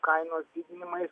kainos didinimai